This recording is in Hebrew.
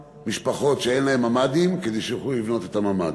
משפחות שאין להן ממ"דים כדי שיוכלו לבנות את הממ"ד.